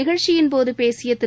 நிகழ்ச்சியின் போது பேசிய திரு